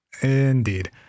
indeed